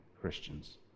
Christians